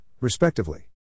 respectively